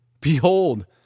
Behold